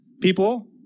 people